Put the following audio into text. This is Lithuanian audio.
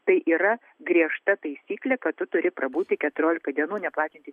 tai yra griežta taisyklė kad tu turi prabūti keturiolika dienų neplatinti